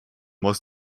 was